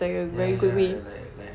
ya ya ya like like